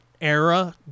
era